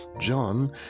John